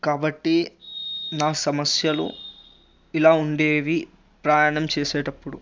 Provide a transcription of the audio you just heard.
కాబట్టి నా సమస్యలు ఇలా ఉండేవి ప్రయాణం చేసేటప్పుడు